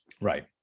right